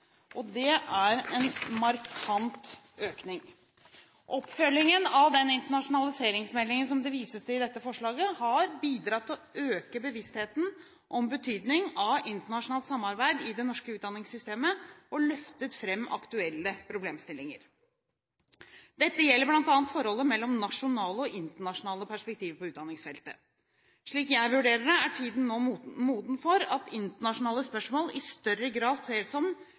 Det er en markant økning. Oppfølgingen av den internasjonaliseringsmeldingen som det vises til i dette forslaget, har bidratt til å øke bevisstheten om betydningen av internasjonalt samarbeid i det norske utdanningssystemet, og løftet fram aktuelle problemstillinger. Dette gjelder bl.a. forholdet mellom nasjonale og internasjonale perspektiver på utdanningsfeltet. Slik jeg vurderer det, er tiden nå moden for at internasjonale spørsmål i større grad